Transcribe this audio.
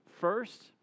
first